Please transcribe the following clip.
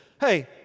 Hey